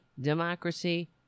democracy